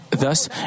Thus